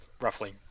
roughly